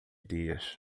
dias